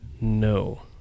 No